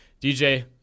DJ